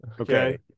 Okay